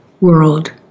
world